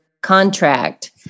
contract